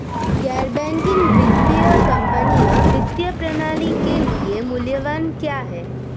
गैर बैंकिंग वित्तीय कंपनियाँ वित्तीय प्रणाली के लिए मूल्यवान क्यों हैं?